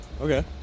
Okay